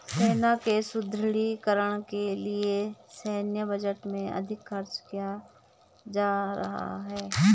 सेना के सुदृढ़ीकरण के लिए सैन्य बजट में अधिक खर्च किया जा रहा है